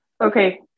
Okay